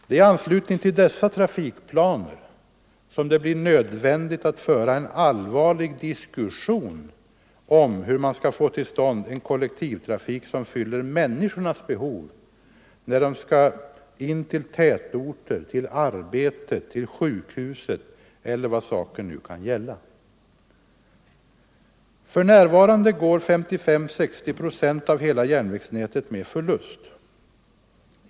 Det är i anslutning till dessa trafikplaner som det blir nödvändigt att föra en allvarlig diskussion om hur man skall få till stånd en kollektivtrafik som fyller människornas behov när de skall in till tätorter, arbetet, sjukhuset eller vad saken nu kan gälla. För närvarande går 55-60 procent av hela järnvägsnätet med förlust.